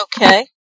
Okay